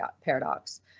paradox